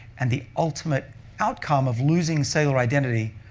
and the ultimate outcome of losing cellular identity